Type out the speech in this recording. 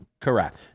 correct